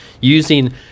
using